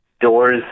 doors